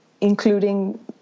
including